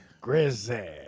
Grizzly